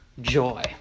joy